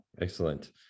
Excellent